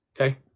Okay